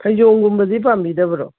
ꯐꯩꯖꯣꯝꯒꯨꯝꯕꯗꯤ ꯄꯥꯝꯕꯤꯗꯕ꯭ꯔꯣ